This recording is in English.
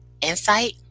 insight